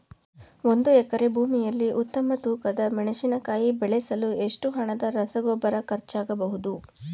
ಒಂದು ಎಕರೆ ಭೂಮಿಯಲ್ಲಿ ಉತ್ತಮ ತೂಕದ ಮೆಣಸಿನಕಾಯಿ ಬೆಳೆಸಲು ಎಷ್ಟು ಹಣದ ರಸಗೊಬ್ಬರ ಖರ್ಚಾಗಬಹುದು?